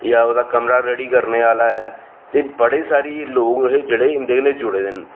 जां ओह्दा कमरा रैडी करने आहला ऐ ते बड़े सारे लोक हे जेह्डे इं'दे कन्नै जोड़े दे न